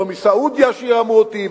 לא מסעודיה שירמו אותי,